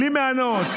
בלי מענות.